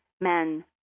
men